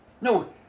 No